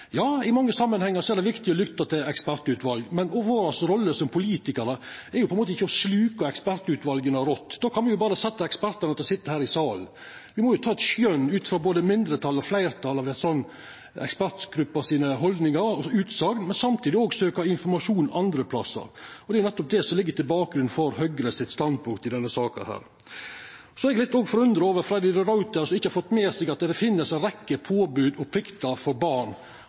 Ja, i mange samanhengar er det viktig å lytta til ekspertutval, men vår rolle som politikarar er jo på ein måte ikkje å sluka deira utsegner rått. Då kan me jo berre la ekspertane sitja her i salen. Me må jo bruka skjøn ut frå haldningar og utsegner til både mindretal og fleirtal i ei sånn ekspertgruppe, men samtidig søkja informasjon andre plassar. Det er nettopp det som ligg til grunn for Høgre sitt standpunkt i denne saka. Så er eg òg litt forundra over Freddy de Ruiter, som ikkje har fått med seg at det finst ei rekkje påbod og plikter for barn,